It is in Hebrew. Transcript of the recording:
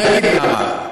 נכון, אני אגיד למה.